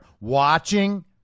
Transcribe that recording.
watching